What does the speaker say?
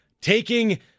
taking